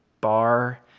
bar